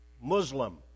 Muslim